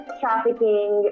trafficking